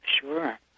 sure